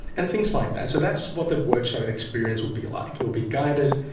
and things like that. so that's what the workshop experience will be like, you'll be guided,